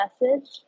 message